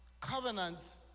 covenants